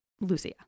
Lucia